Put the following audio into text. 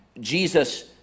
Jesus